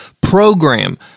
program